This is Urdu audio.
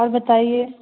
اور بتائیے